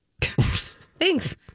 Thanks